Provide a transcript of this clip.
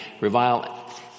revile